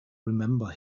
remember